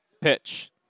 Pitch